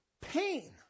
pain